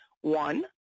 one